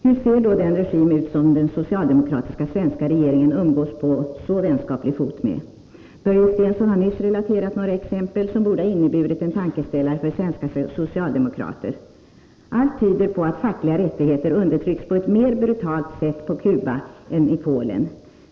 Hur ser då den regim ut som den socialdemokratiska svenska regeringen umgås med på så vänskaplig fot? Börje Stensson har nyss relaterat några exempel som borde ha inneburit en tankeställare för svenska socialdemokrater. Allt tyder på att fackliga rättigheter undertrycks på ett mer brutalt sätt på Cuba än i Polen.